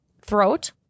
throat